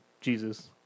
Jesus